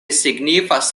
signifas